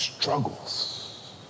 struggles